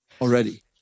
already